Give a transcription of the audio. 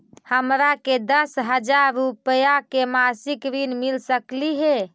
हमरा के दस हजार रुपया के मासिक ऋण मिल सकली हे?